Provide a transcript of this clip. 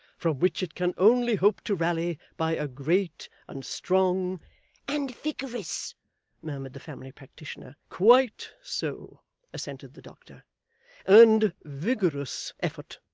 from which it can only hope to rally by a great and strong and vigorous murmured the family practitioner. quite so assented the doctor and vigorous effort.